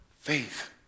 faith